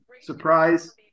Surprise